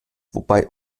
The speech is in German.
wobei